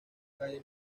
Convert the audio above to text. calle